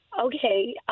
Okay